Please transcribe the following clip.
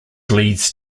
leads